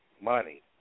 money